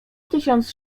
tysiąc